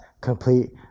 complete